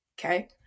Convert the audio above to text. Okay